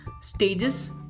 stages